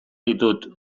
ditut